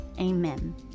Amen